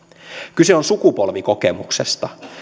kyse on sukupolvikokemuksesta